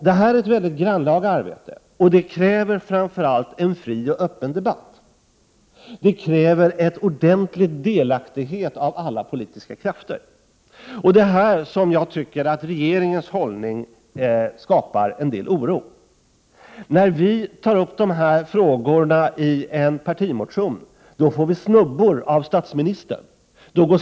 Det här är ett väldigt grannlaga arbete. Det kräver framför allt en fri och öppen debatt. Det kräver också en ordentlig delaktighet av alla politiska krafter. Det är här som jag tycker att regeringens hållning skapar en del oro. När vi tar upp dessa frågor i en partimotion får vi snubbor av statsministern.